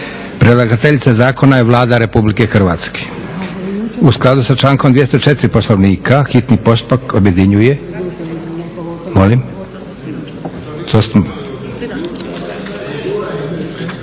Predlagateljica zakona je Vlada Republike Hrvatske. U skladu sa člankom 204. Poslovnika hitni postupak objedinjuje